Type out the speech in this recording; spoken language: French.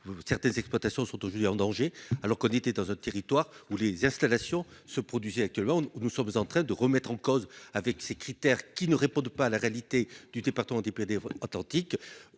certaines exploitations sont aujourd'hui en danger alors qu'on était dans un territoire où les installations se produisait actuellement nous nous sommes en train de remettre en cause. Avec ces critères qui ne répondent pas à la réalité du département des DPD authentique.